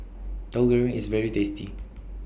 Tahu Goreng IS very tasty